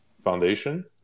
foundation